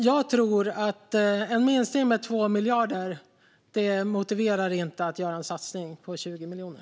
Jag tror inte att en minskning med 2 miljarder motiverar att göra en satsning på 20 miljoner.